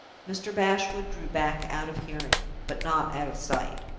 mr. bashwood drew back out of hearing, but not out of sight.